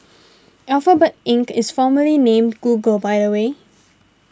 Alphabet Inc is formerly named Google by the way